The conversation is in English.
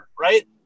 right